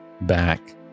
back